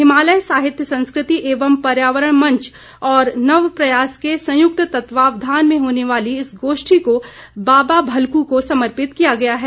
हिमालय साहित्य संस्कृति एवं पर्यावरण मंच और नव प्रयास के संयुक्त तत्वावधान में होने वाली इस गोष्ठी को बाबा भलखू को समर्पित किया गया है